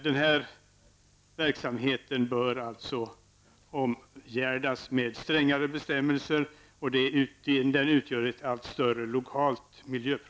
Denna verksamhet, som utgör ett allt större lokalt miljöproblem, bör alltså omgärdas med strängare bestämmelser.